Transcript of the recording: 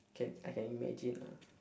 can I can imagine lah